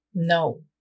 No